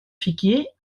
figuier